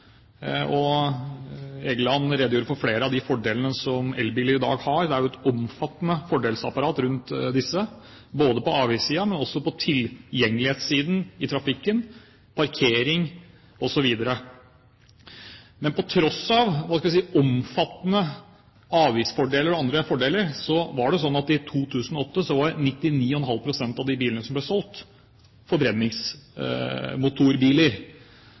Egeland redegjorde for flere av de fordelene som elbiler i dag har. Det er et omfattende fordelsapparat rundt disse – både på avgiftssiden og på tilgjengelighetssiden i trafikken, med parkering osv. Men på tross av omfattende avgiftsfordeler og andre fordeler var det sånn at i 2008 var 99,5 pst. av de bilene som ble solgt, forbrenningsmotorbiler.